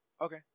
Okay